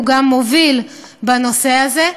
הוא גם מוביל בנושא הזה.